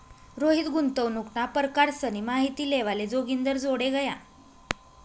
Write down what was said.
रोहित गुंतवणूकना परकारसनी माहिती लेवाले जोगिंदरजोडे गया